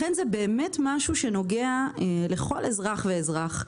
לכן זה באמת משהו שנוגע לכל אזרח ואזרח.